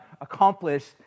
accomplished